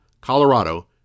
Colorado